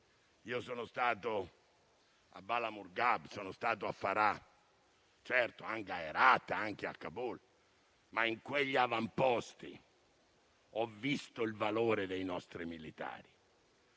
Io sono stato a Bala Murghab, sono stato a Farah, certo anche ad Herat e a Kabul, ma in quegli avamposti ho visto il valore dei nostri militari.